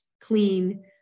clean